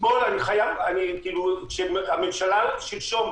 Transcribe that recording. כשהממשלה שלשום,